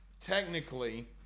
technically